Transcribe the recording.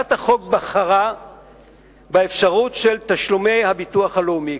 הצעת החוק בחרה באפשרות של תשלומי הביטוח הלאומי,